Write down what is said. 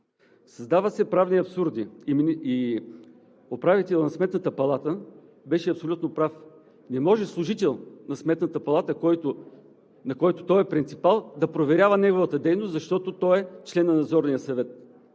Създават се правни абсурди и управителят на Сметната палата беше абсолютно прав – не може служител на Сметната палата, на който той е принципал, да проверява неговата дейност, защото е член на Надзорния съвет,